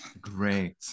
great